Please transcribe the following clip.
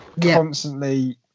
constantly